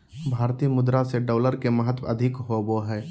भारतीय मुद्रा से डॉलर के महत्व अधिक होबो हइ